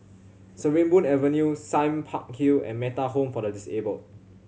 Sarimbun Avenue Sime Park Hill and Metta Home for the Disabled